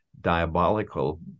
diabolical